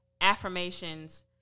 affirmations